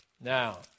Now